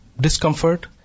discomfort